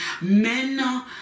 Men